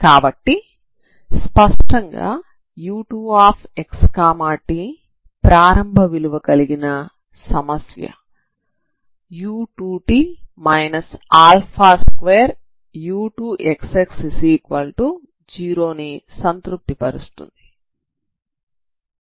కాబట్టి స్పష్టంగా u2xt ప్రారంభ విలువ కలిగిన సమస్య u2t 2u2xx0 ని సంతృప్తి పరుస్తుంది